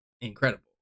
incredible